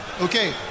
okay